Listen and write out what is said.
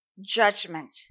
judgment